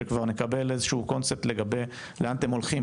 שכבר נקבל איזשהו קונספט לגבי לאן אתם הולכים,